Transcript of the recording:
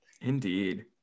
Indeed